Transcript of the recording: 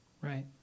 Right